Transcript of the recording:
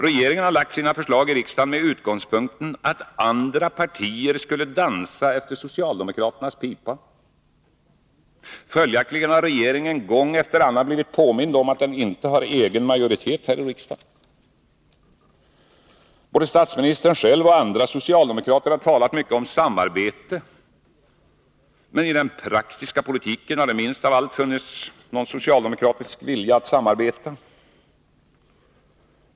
Regeringen har lagt fram sina förslag i riksdagen med utgångspunkten att andra partier skulle dansa efter socialdemokraternas pipa. Följaktligen har regeringen gång efter annan blivit påmind om att den inte har egen majoritet i riksdagen. Både statsministern själv och andra socialdemokrater har talat mycket om samarbete. Men i den praktiska politiken har det minst av allt funnits någon socialdemokratisk vilja att samarbeta.